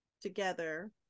together